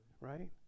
right